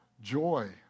joy